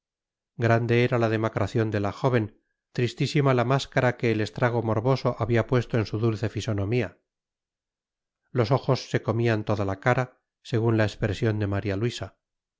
grande era la demacración de la joven tristísima la máscara que el estrago morboso había puesto en su dulce fisonomía los ojos se comían toda la cara según la expresión de maría luisa